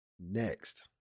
Next